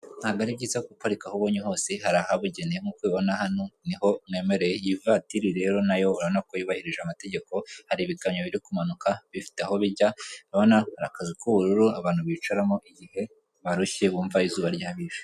Ntabwo ari byiza guparika ahobonye hose hari ahabugeneye, nkuko' ubibona hano niho mwemereye, iyi vatiri rero nayo urako yubahirije amategeko hari ibikamyo biri kumanuka bifite aho bijya urabona akazu k'ubururu abantu bicaramo igihe barushye bumva izuba ryabishe.